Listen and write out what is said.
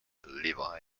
levi